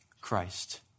Christ